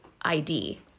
ID